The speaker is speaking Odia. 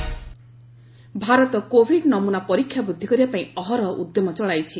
କୋବିଡ୍ ଷ୍ଟାଟସ୍ ଭାରତ କୋବିଡ୍ ନମୁନା ପରୀକ୍ଷା ବୃଦ୍ଧି କରିବା ପାଇଁ ଅହରହ ଉଦ୍ୟମ ଚଳାଇଛି